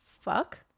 Fuck